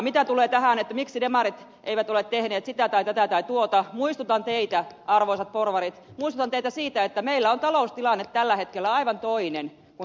mitä tulee tähän miksi demarit eivät ole tehneet sitä tai tuota muistutan teitä arvoisat porvarit muistutan teitä siitä että meillä on taloustilanne tällä hetkellä aivan toinen kuin se on ollut aikaisemmin